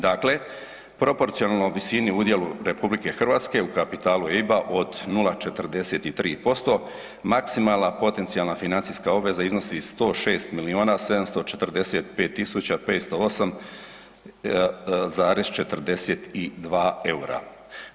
Dakle, proporcionalno visini u udjelu RH u kapitalu EIB-a od 0,43% maksimalna potencijalna financijska obveza iznosi 106 milijuna 745 tisuća 508,42 EUR-a.